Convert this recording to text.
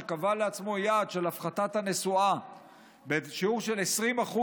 שקבע לעצמו יעד של הפחתת הנסועה בשיעור של 20%